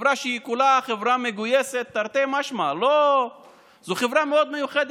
כך שתהיה משולבת ותהיה פרודוקטיבית בתוך החברה הישראלית,